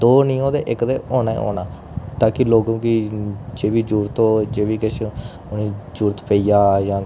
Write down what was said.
दो निं होग ते इक ते होना ऐ होना ता कि लोगें गी जो बी किश जरूरत होऐ जां उ'नेंगी जरूरत पेई जा